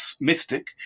mystic